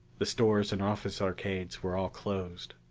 the stores and office arcades were all closed.